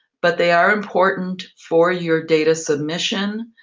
but they are important for your data submission,